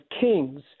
kings